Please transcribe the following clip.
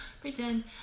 Pretend